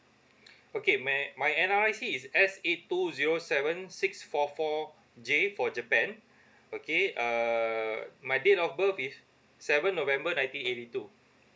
okay my my N_R_I_C is S A two zero seven six four four J for japan okay err my date of birth is seven november nineteen eighty two